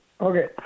Okay